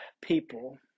people